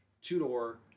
two-door